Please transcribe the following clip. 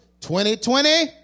2020